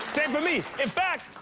same for me. in fact,